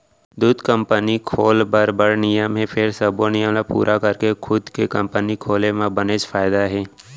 दूद कंपनी खोल बर बड़ नियम हे फेर सबो नियम ल पूरा करके खुद के कंपनी खोले म बनेच फायदा हे